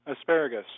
Asparagus